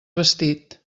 vestit